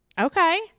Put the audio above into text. Okay